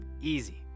easy